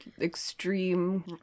extreme